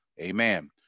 amen